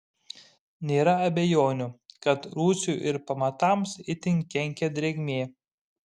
nėra abejonių kad rūsiui ir pamatams itin kenkia drėgmė